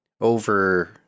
over